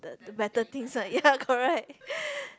the the better things ah ya correct